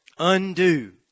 Undo